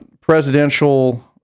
presidential